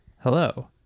Hello